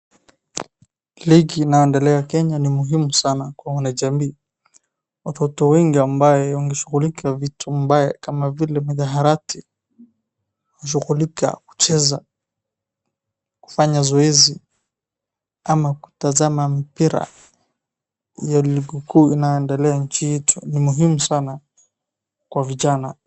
Ligi inaendelea Kenya ni muhimu sana kwa wanajamii. Watoto wengi ambaye wameshugulika vitu mbaya kama vile mihadarati, kushughulika, kucheza, kufanya zoezi ama kutazama mpira, wa ligi kuu inaendelea nchi yetu ni muhimu sana kwa vijana.